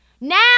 Now